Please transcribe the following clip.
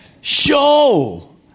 show